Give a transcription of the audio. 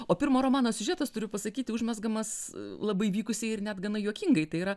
o pirmo romano siužetas turiu pasakyti užmezgamas labai vykusiai ir net gana juokingai tai yra